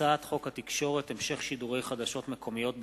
הצעת חוק התקשורת (המשך שידורי חדשות מקומיות בטלוויזיה)